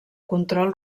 control